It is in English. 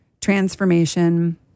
transformation